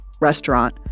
restaurant